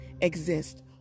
exist